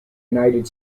united